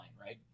right